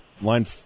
line